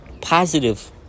positive